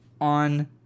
On